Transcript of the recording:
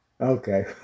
Okay